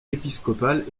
épiscopale